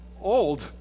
Old